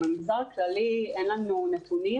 במגזר הכללי אין לנו נתונים,